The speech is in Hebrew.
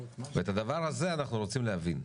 ואת הדבר הזה אנחנו רוצים להבין.